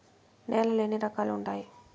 నేలలు ఎన్ని రకాలు వుండాయి?